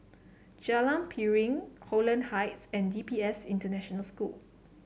Jalan Piring Holland Heights and D P S International School